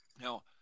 Now